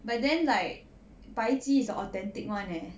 but then like 白鸡 is authentic [one] leh